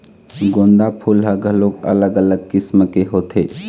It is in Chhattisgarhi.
गोंदा फूल ह घलोक अलग अलग किसम के होथे